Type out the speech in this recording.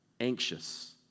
anxious